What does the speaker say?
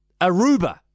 Aruba